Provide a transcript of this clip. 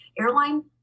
airline